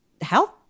health